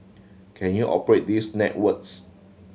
can you operate these networks